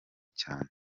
cyane